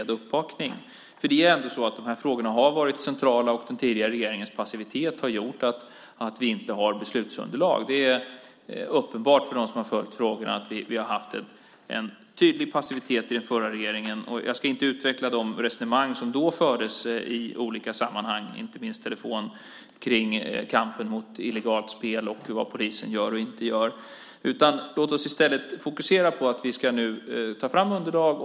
Dessa frågor har varit centrala, och den tidigare regeringens passivitet har gjort att vi inte har beslutsunderlag. Det är uppenbart för dem som har följt frågorna att det var en tydlig passivitet i den förra regeringen. Jag ska inte utveckla de resonemang som då fördes i olika sammanhang om kampen mot illegalt spel och vad polisen gör och inte gör. Låt oss i stället fokusera på att ta fram underlag.